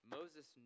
Moses